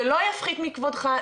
זה לא יפחית מכבודך,